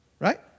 Right